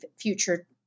future